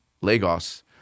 Lagos